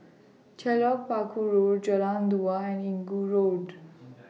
Telok Paku Road Jalan Dua and Inggu Road